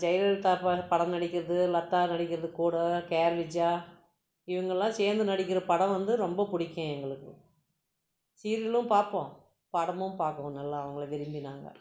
ஜெயலலிதா படத் படம் நடிக்கிறது லதா நடிக்கிறது கூட கே ஆர் விஜயா இவங்கல்லாம் சேர்ந்து நடிக்கிற படம் வந்து ரொம்ப பிடிக்கும் எங்களுக்கு சீரியலும் பார்ப்போம் படமும் பார்க்குவோம் நல்லா அவங்கள விரும்பி நாங்கள்